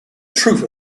truth